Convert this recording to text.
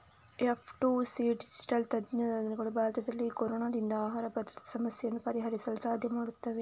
F two C digital ತಂತ್ರಜ್ಞಾನಗಳು ಭಾರತದಲ್ಲಿ ಕೊರೊನಾದಿಂದ ಆಹಾರ ಭದ್ರತೆ ಸಮಸ್ಯೆಯನ್ನು ಪರಿಹರಿಸಲು ಸಹಾಯ ಮಾಡುತ್ತವೆ